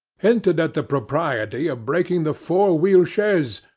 hinted at the propriety of breaking the four-wheel chaise,